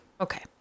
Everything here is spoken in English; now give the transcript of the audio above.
Okay